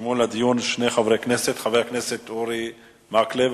נרשמו לדיון שני חברי כנסת: חבר הכנסת אורי מקלב,